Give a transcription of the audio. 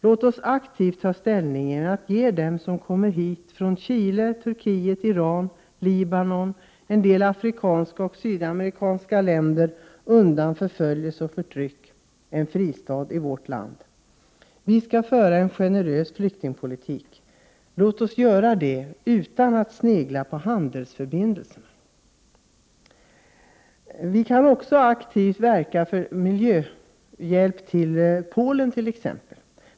Låt oss aktivt ta ställning genom att ge dem som kommer hit från Chile, Turkiet, Iran, Libanon och vissa sydamerikanska och afrikanska länder för att undgå förföljelse och förtryck en fristad i vårt land. Vi skall föra en generös flyktingpolitik. Låt oss göra det utan att snegla på handelsförbindelserna. Vi kan också aktivt verka för miljöhjälp till exempelvis Polen.